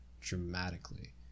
dramatically